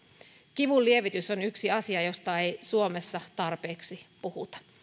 kivunlievitys on yksi asia josta ei suomessa tarpeeksi puhuta